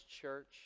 church